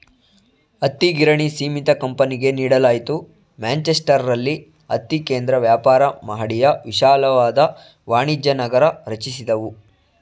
ಹತ್ತಿಗಿರಣಿ ಸೀಮಿತ ಕಂಪನಿಗೆ ನೀಡಲಾಯ್ತು ಮ್ಯಾಂಚೆಸ್ಟರಲ್ಲಿ ಹತ್ತಿ ಕೇಂದ್ರ ವ್ಯಾಪಾರ ಮಹಡಿಯು ವಿಶಾಲವಾದ ವಾಣಿಜ್ಯನಗರ ರಚಿಸಿದವು